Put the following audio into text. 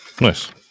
Nice